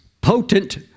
potent